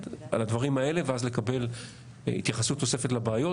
על הדברים האלה ואז לקבל התייחסות נוספת לבעיות